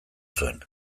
zuen